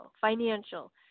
financial